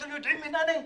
אתם יודעים מי אני?"